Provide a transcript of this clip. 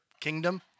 kingdom